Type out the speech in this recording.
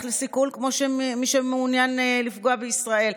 לסיכול בכל מי שמעוניין לפגוע בישראל,